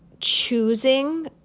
choosing